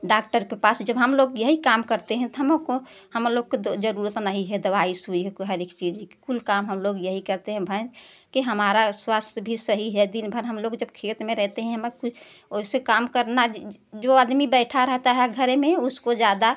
doctor के पास जब हम लोग यही काम करते हैं तो हमको हम लोग को तो ज़रूरत नहीं है दवाई सुइयो की हर एक चीज़ की कुल काम हम लोग यही करते हैं भैन कि हमारा स्वास्थय भी सही है दिन भर हम लोग जब खेत में रहते हैं एहमा कुल ओइसे काम करना जो आदमी बैठा रहता है घरे में उसको ज़्यादा